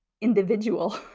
individual